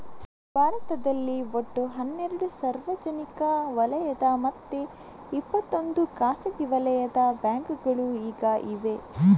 ಭಾರತದಲ್ಲಿ ಒಟ್ಟು ಹನ್ನೆರಡು ಸಾರ್ವಜನಿಕ ವಲಯದ ಮತ್ತೆ ಇಪ್ಪತ್ತೊಂದು ಖಾಸಗಿ ವಲಯದ ಬ್ಯಾಂಕುಗಳು ಈಗ ಇವೆ